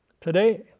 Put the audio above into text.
Today